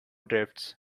drifts